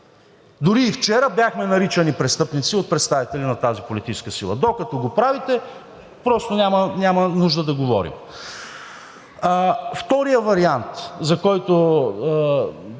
Дори и вчера бяхме наричани престъпници от представители на тази политическа сила. Докато го правите, просто няма нужда да говорим. Вторият вариант, за който